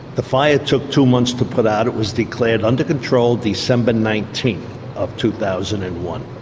the fire took two months to put out. it was declared under control december nineteenth of two thousand and one.